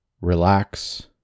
relax